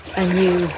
anew